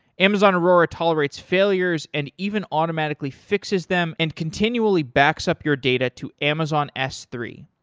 amazon aurora tolerates failures and even automatically fixes them and continually backs up your data to amazon s three,